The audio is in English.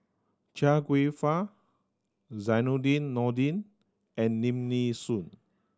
Chia Kwek Fah Zainudin Nordin and Lim Nee Soon